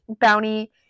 Bounty